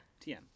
TM